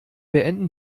beenden